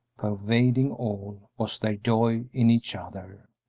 pervading all, was their joy in each other.